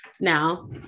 Now